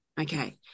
Okay